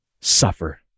suffer